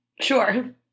Sure